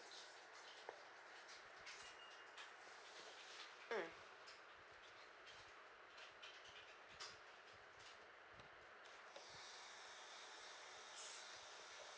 mm